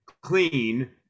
clean